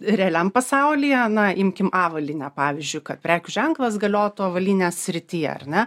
realiam pasaulyje na imkim avalynę pavyzdžiui kad prekių ženklas galiotų avalynės srityje ar ne